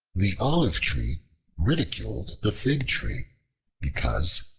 the olive-tree ridiculed the fig-tree because,